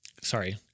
sorry